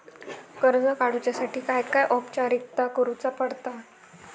कर्ज काडुच्यासाठी काय औपचारिकता करुचा पडता?